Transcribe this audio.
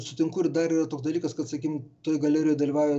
sutinku ir dar yra toks dalykas kad sakykim toj galerijoj dalyvauja